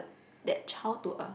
that child to a